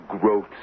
growth